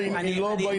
היא לא בעניין.